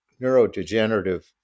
neurodegenerative